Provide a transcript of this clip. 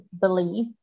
believe